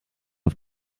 auf